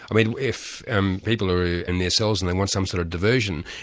i mean if and people are in their cells and they want some sort of diversion,